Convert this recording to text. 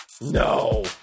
No